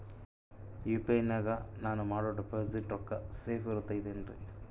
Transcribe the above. UPI ನಾಗ ನಾನು ಮಾಡೋ ಡಿಪಾಸಿಟ್ ರೊಕ್ಕ ಸೇಫ್ ಇರುತೈತೇನ್ರಿ?